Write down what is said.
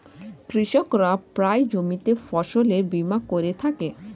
কৃষকরা প্রায়ই জমিতে ফসলের বীমা করে থাকে